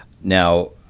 Now